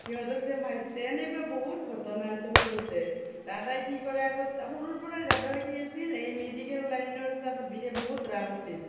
সিহঁতক যে মাৰিছে এনেকুৱা বহুত ঘটনা আছে সৰুতে দাদাই কি কৰে আগত সৰুৰ পৰাই দাদাৰ কি আছিল এই মেডিকেল লাইনৰ তাৰ বিৰা বহুত ৰাপ আছিল